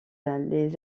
les